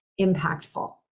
impactful